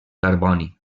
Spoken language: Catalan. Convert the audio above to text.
carboni